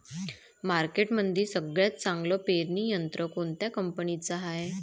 मार्केटमंदी सगळ्यात चांगलं पेरणी यंत्र कोनत्या कंपनीचं हाये?